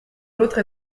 l’autre